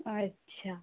अच्छा